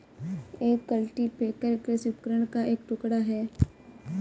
एक कल्टीपैकर कृषि उपकरण का एक टुकड़ा है